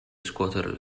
scuoter